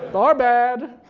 our bad.